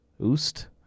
Oost